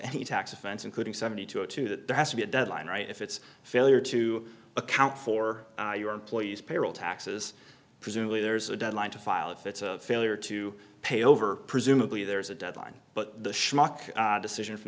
any tax offense including seventy two zero two that there has to be a deadline right if it's failure to account for your employees payroll taxes presumably there's a deadline to file if it's a failure to pay over presumably there's a deadline but the schmuck decision from